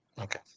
Okay